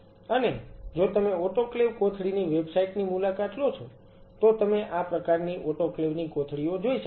અને જો તમે ઓટોક્લેવ કોથળીની વેબસાઇટ ની મુલાકાત લો છો તો તમે આ પ્રકારની ઓટોક્લેવ ની કોથળીઓ જોઈ શકો છો